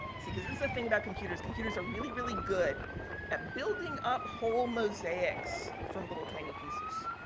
see, this is the thing about computers. computers are really, really good at building up whole mosaics from little tiny pieces.